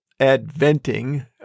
adventing